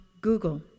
google